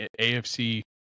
AFC